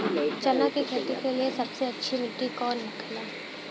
चना की खेती के लिए सबसे अच्छी मिट्टी कौन होखे ला?